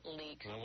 leaks